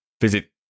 Visit